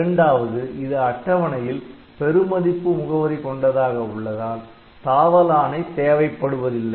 இரண்டாவது இது அட்டவணையில் பெருமதிப்பு முகவரி கொண்டதாக உள்ளதால் தாவல் ஆணை தேவைப்படுவதில்லை